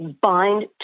bind